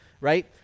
right